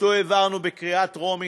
העברנו אותו בקריאה טרומית,